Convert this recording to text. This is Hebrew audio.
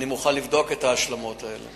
אני מוכן לבדוק את ההשלמות האלה.